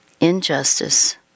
injustice